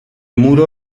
muro